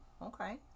Okay